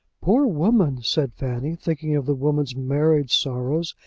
poor woman! said fanny, thinking of the woman's married sorrows,